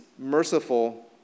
Merciful